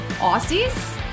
Aussies